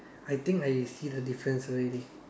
I think I see the difference already